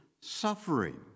suffering